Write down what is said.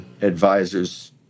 advisors